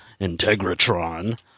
Integratron